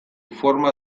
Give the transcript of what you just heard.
forma